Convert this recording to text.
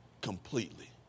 completely